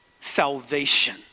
salvation